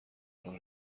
راه